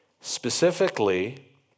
Specifically